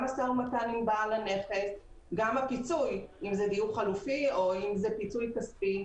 גם משא ומתן עם בעל הנכס וגם הפיצוי דיור חלופי או פיצוי כספי.